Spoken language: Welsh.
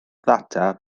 ddata